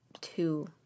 two